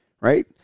right